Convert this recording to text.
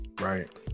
right